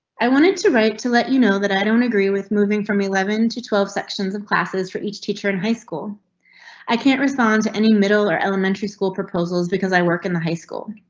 i wanted to write to let you know that i don't agree with moving from eleven to twelve sections of classes for each teacher in high school i can't respond to any middle or elementary school proposals because i work in the high school.